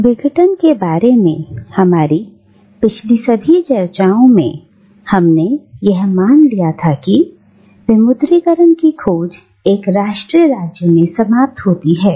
अब विघटन के बारे में हमारी पिछली सदी चर्चाओं में हमने यह मान लिया था कि विमुद्रीकरण की खोज एक राष्ट्रीय राज्य में समाप्त होती है